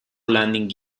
landing